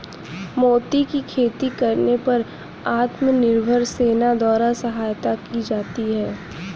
मोती की खेती करने पर आत्मनिर्भर सेना द्वारा सहायता की जाती है